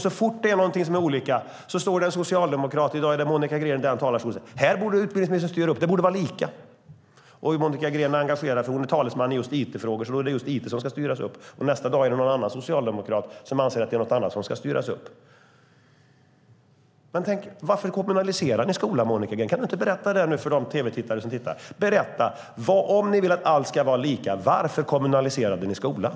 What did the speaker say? Så fort det är någonting som är olika står det en socialdemokrat - i dag är det Monica Green - i talarstolen och säger: Det här borde utbildningsministern styra upp. Det borde vara lika. Monica Green är engagerad därför att hon är talesman i just it-frågor. Därför vill hon att det ska vara just it som ska styras upp. Nästa dag är det någon annan socialdemokrat som anser att det är något annat som ska styras upp. Varför kommunaliserade ni skolan, Monica Green? Kan du inte berätta det för de tv-tittare som följer debatten. Om ni vill att allt ska vara lika, varför kommunaliserade ni skolan?